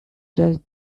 just